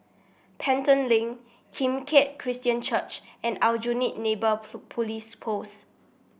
Pelton Link Kim Keat Christian Church and Aljunied Neighbour Police Post